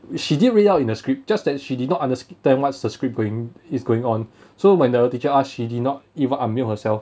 which she did read out in a script just that she did not understand what's the script going is going on so when the teacher ask she did not even unmute herself